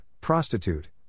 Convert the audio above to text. prostitute